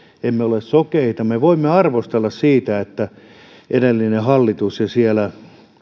emme ole sokeita me voimme arvostella sitä mitä edellinen hallitus ja siellä